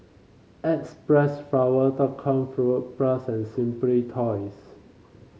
X Press flower dot com Fruit Plus and Simply Toys